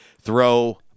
throw